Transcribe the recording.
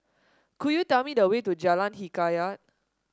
could you tell me the way to Jalan Hikayat